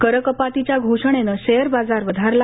करकपातीच्या घोषणेनं शेअरबाजार वधारला